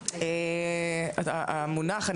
המונח,